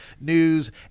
news